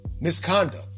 Misconduct